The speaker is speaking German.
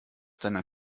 deiner